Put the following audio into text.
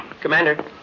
Commander